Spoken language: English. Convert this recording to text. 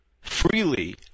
freely